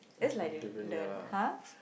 also different ya lah